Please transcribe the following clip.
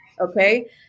okay